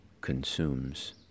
consumes